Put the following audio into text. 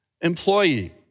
employee